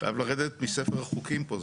חייב לרדת מספר החוקים פה.